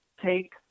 take